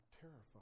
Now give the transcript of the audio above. terrified